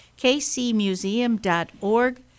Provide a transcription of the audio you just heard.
kcmuseum.org